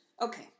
Okay